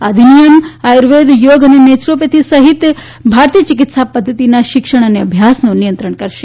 આ અધિનીયમ આર્યુવેદ યોગ અને નેયરોપેથી સહિત ભારતીય ચિકિત્સા પધ્ધતિનાં શિક્ષણ અને અભ્યાસનું નિયંત્રણ કરશે